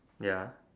ya